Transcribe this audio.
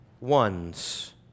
ones